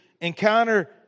encounter